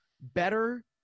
better